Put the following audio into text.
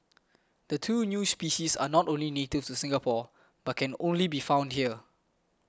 the two new species are not only native to Singapore but can only be found here